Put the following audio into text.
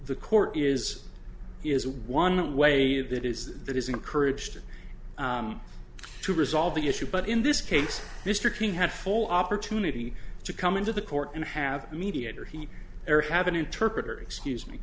the court is is one way that is that is encouraged to resolve the issue but in this case mr king had full opportunity to come into the court and have a mediator he ever had an interpreter excuse